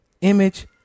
image